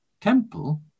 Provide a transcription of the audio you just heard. temple